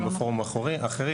גם בפורומים אחרים,